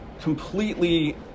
completely